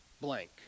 blank